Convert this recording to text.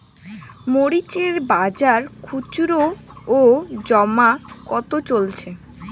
মরিচ এর বাজার খুচরো ও জমা কত চলছে?